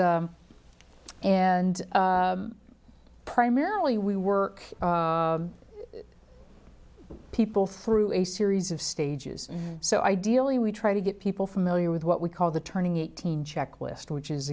it's and primarily we work people through a series of stages so ideally we try to get people familiar with what we call the turning eighteen checklist which is